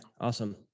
Awesome